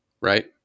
right